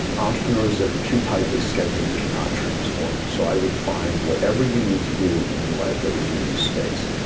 entrepreneurs that are too tightly scheduled cannot transform. so i would find whatever you need to do in your life that will give you space.